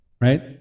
Right